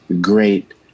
great